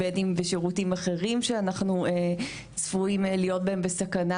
בין אם בשירותים אחרים שאנחנו צפויים להיות בהם בסכנה,